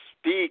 speak